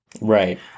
Right